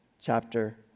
chapter